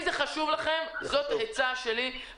השיחה איתך מאוד מאוד חשובה ואנחנו רוצים להיות פרקטיים.